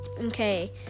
Okay